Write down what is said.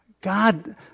God